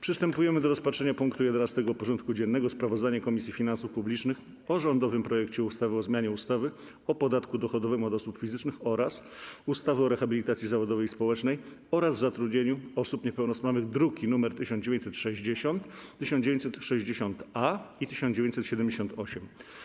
Przystępujemy do rozpatrzenia punktu 11. porządku dziennego: Sprawozdanie Komisji Finansów Publicznych o rządowym projekcie ustawy o zmianie ustawy o podatku dochodowym od osób fizycznych oraz ustawy o rehabilitacji zawodowej i społecznej oraz zatrudnianiu osób niepełnosprawnych (druki nr 1960, 1960-A i 1978)